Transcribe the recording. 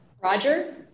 roger